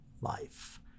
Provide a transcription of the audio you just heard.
life